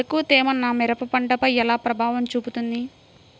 ఎక్కువ తేమ నా మిరప పంటపై ఎలా ప్రభావం చూపుతుంది?